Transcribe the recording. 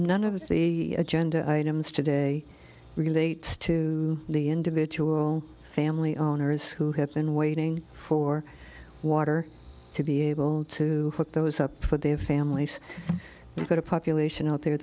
none of the agenda items today relates to the individual family owners who have been waiting for water to be able to put those up for their families but a population out there